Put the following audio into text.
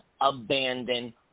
abandon